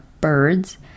birds